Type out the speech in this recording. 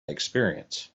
experience